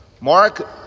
Mark